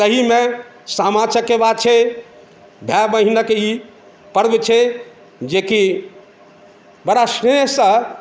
ताहिमे सामा चकेबा छै भाइ बहिनके ई पर्ब छै जेकि बड़ा स्नेहसँ